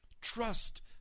Trust